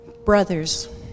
Brothers